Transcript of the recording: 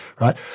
right